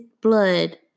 blood